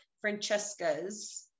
Francesca's